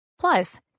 Plus